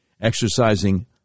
exercising